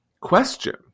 question